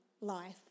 life